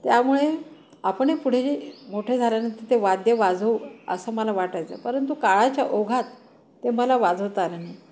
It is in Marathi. त्यामुळे आपण पुढे जे मोठे झाल्याने त ते वाद्य वाजवू असं मला वाटायचं परंतु काळाच्या ओघात ते मला वाजवता आलं नाही